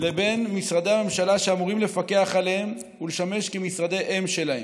לבין משרדי הממשלה שאמורים לפקח עליהם ולשמש כמשרדי אם שלהם.